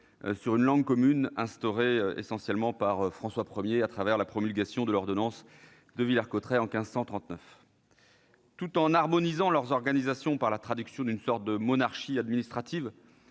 sur une langue commune instaurée par François I à travers la promulgation de l'ordonnance de Villers-Cotterêts en 1539. Bravo ! Tout en harmonisant leurs organisations la traduction d'une sorte de monarchie administrative,